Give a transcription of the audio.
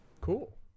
Cool